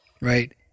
right